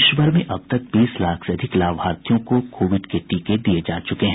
देश भर में अब तक बीस लाख से अधिक लाभार्थियों को कोविड के टीके दिये जा चुके हैं